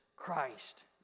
Christ